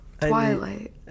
Twilight